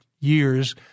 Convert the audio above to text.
years